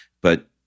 but-